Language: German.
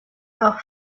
auch